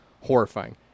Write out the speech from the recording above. Horrifying